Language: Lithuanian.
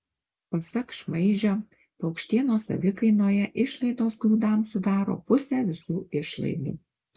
pasak šmaižio paukštienos savikainoje išlaidos grūdams sudaro pusę visų išlaidų